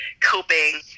coping